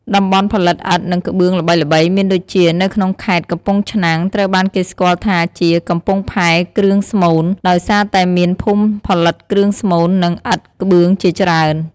តំបន់ផលិតឥដ្ឋ និងក្បឿងល្បីៗមានដូចជា នៅក្នុងខេត្ត កំពង់ឆ្នាំង ត្រូវបានគេស្គាល់ថាជា "កំពង់ផែគ្រឿងស្មូន" ដោយសារតែមានភូមិផលិតគ្រឿងស្មូន និងឥដ្ឋក្បឿងជាច្រើន។